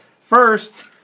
first